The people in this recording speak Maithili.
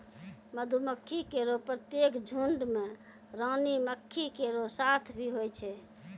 मधुमक्खी केरो प्रत्येक झुंड में रानी मक्खी केरो साथ भी होय छै